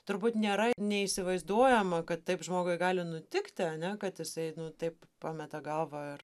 turbūt nėra neįsivaizduojama kad taip žmogui gali nutikti ane kad jisai taip pameta galvą ir